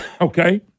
okay